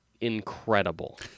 Incredible